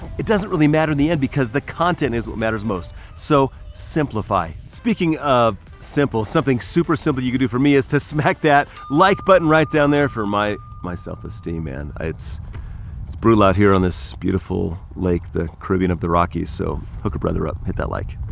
it doesn't really matter in the end because the content is what matters most. so simplify. speaking of simple, something super simple you could do for me is to smack that like button right down there for my myself esteem man, it's it's brutal out here on this beautiful lake, the caribbean of the rockies. so hook a brother up, hit that like.